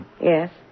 Yes